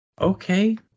Okay